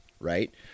right